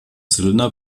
zylinder